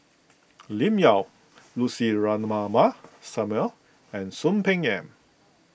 Lim Yau Lucy Ratnammah Samuel and Soon Peng Yam